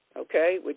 okay